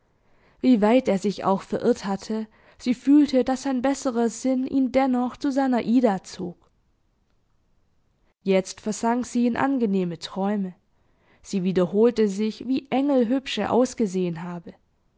wie weit er sich auch verirrt hatte sie fühlte daß sein besserer sinn ihn dennoch zu seiner ida zog jetzt versank sie in angenehme träume sie wiederholte sich wie engelhübsch er ausgesehen habe